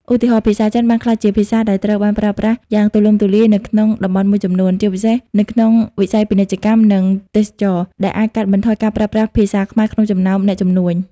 ឧទាហរណ៍ ភាសាចិនអាចក្លាយជាភាសាដែលត្រូវបានប្រើប្រាស់យ៉ាងទូលំទូលាយនៅក្នុងតំបន់មួយចំនួន ជាពិសេសនៅក្នុងវិស័យពាណិជ្ជកម្ម និងទេសចរណ៍ ដែលអាចកាត់បន្ថយការប្រើប្រាស់ភាសាខ្មែរក្នុងចំណោមអ្នកជំនួញ។